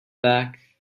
back